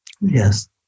Yes